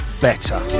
better